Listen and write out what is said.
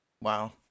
Wow